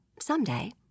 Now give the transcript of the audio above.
Someday